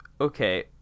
okay